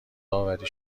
داوری